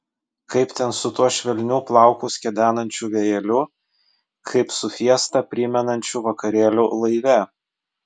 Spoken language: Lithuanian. kaip ten su tuo švelniu plaukus kedenančiu vėjeliu kaip su fiestą primenančiu vakarėliu laive